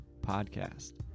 podcast